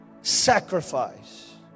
sacrifice